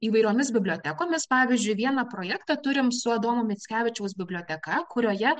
įvairiomis bibliotekomis pavyzdžiui vieną projektą turim su adomo mickevičiaus biblioteka kurioje